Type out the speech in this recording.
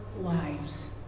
lives